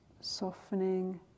softening